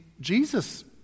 Jesus